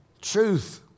Truth